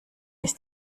ist